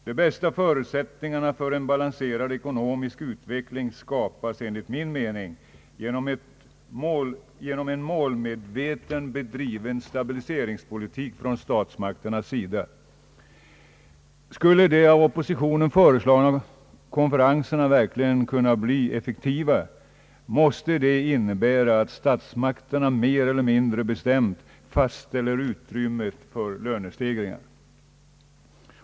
De bästa förutsättningarna för en balanserad ekonomisk utveckling skapas enligt min mening genom en från statsmakternas sida målmedvetet bedriven stabiliseringspolitik. Skulle de av oppositionen föreslagna konferenserna verkligen kunna bli effektiva måste det innebära att statsmakterna mer eller mindre bestämt fastställer utrymmet för lönestegringar.